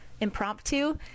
Impromptu